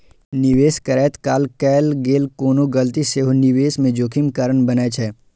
निवेश करैत काल कैल गेल कोनो गलती सेहो निवेश मे जोखिम कारण बनै छै